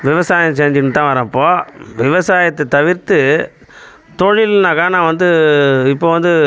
விவசாயம் செஞ்சின்னு தான் வரோம் இப்போது விவசாயத்தை தவிர்த்து தொழில்னாக்கா நான் வந்து இப்போ வந்து